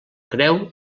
creu